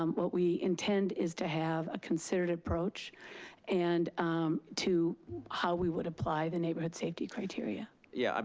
um what we intend is to have a considered approach and to how we would apply the neighborhood safety criteria. yeah, um